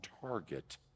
target